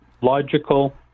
logical